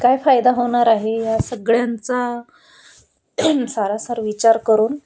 काय फायदा होणार आहे या सगळ्यांचा सारासार विचार करून